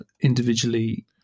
individually